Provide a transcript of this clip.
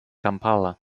kampala